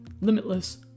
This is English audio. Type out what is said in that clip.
Limitless